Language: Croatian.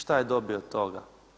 Šta je dobio od toga?